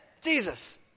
Jesus